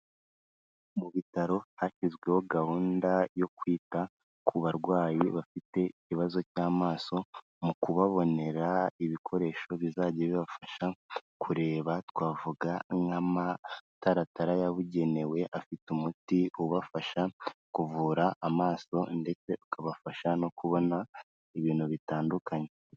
Mu bitaro hashyizweho gahunda yo kwita ku barwayi bafite ikibazo cy'amaso mu kubabonera ibikoresho bizajya bibafasha kureba twavuga nk'amataratara yabugenewe afite umuti ubafasha kuvura amaso ndetse ukabafasha no kubona ibintu bitandukanye.